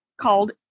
called